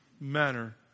manner